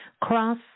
Cross